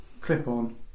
clip-on